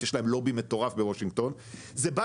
יש להם לובי מטורף בוושינגטון,